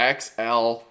XL